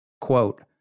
quote